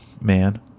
man